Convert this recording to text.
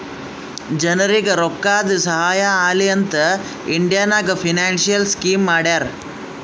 ಜನರಿಗ್ ರೋಕ್ಕಾದು ಸಹಾಯ ಆಲಿ ಅಂತ್ ಇಂಡಿಯಾ ನಾಗ್ ಫೈನಾನ್ಸಿಯಲ್ ಸ್ಕೀಮ್ ಮಾಡ್ಯಾರ